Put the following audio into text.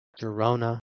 Girona